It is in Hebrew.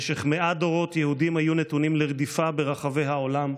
במשך מאה דורות יהודים היו נתונים לרדיפה ברחבי העולם.